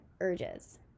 urges